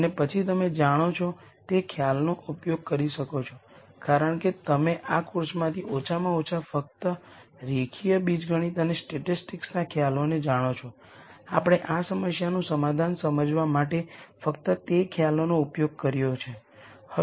તેથી આ સૂચવે છે કે સિમેટ્રિક મેટ્રિક્સ માટે બિન શૂન્ય આઇગન વૅલ્યુઝને અનુરૂપ આઇગન વેક્ટરર્સ કોલમ સ્પેસ માટે એક બેઝિક બનાવે છે